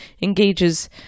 engages